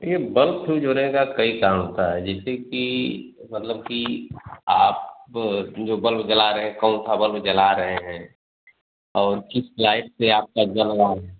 ये bulb fuse होने का कई कारण होता है जैसे कि मतलब कि आप जो बल्ब जला रहें कौन सा बल्ब जला रहे हैं और किस लाइट से आपका जल रहा है